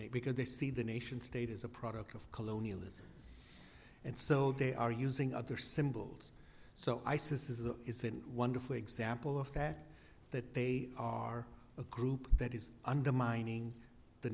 a because they see the nation state is a product of colonialism and so they are using other symbols so isis is a isn't wonderful example of that that they are a group that is undermining the